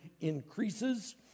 increases